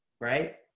right